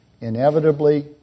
inevitably